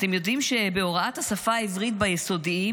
אתם יודעים שבהוראת השפה העברית ביסודיים